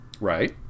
right